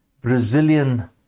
Brazilian